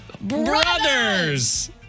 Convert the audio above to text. brothers